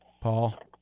Paul